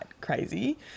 crazy